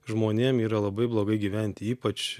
žmonėm yra labai blogai gyventi ypač